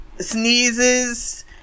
sneezes